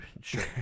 Sure